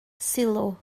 sylw